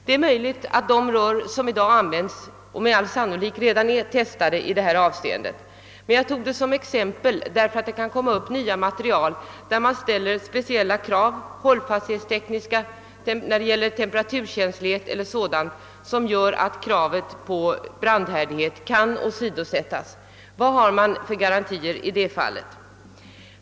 De rör som i dag används är med all sannolikhet redan testade i detta avseende, men jag tog detta som exempel därför att det kan komma material som har användningsområden vilka ställer andra hållfasthetstekniska eller temperaturmässiga krav, innebärande att just brandhärdigheten åsidosättes. Vad finns det för garantier 1 det fallet?